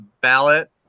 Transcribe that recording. ballot